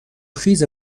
خیز